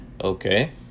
Okay